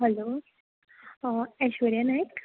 hello Aishwarya Naik